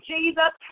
Jesus